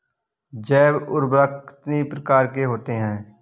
जैव उर्वरक कितनी प्रकार के होते हैं?